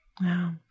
Wow